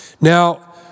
Now